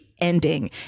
ending